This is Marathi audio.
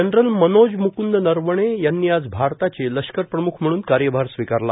जनरल मनोज मुकुंद नरवणे यांनी आज भारताचे लष्कर प्रम्ख म्हणून कार्यभार स्वीकारला